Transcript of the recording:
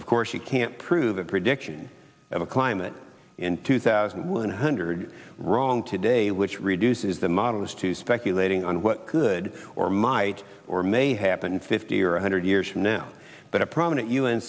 of course you can't prove a prediction of a climate in two thousand one hundred wrong today which reduces the models to speculating on what could or might or may happen fifty or one hundred years from now but a prominent u